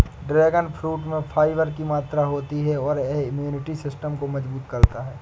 dragon fruit में fibre की मात्रा होती है और यह इम्यूनिटी सिस्टम को मजबूत करता है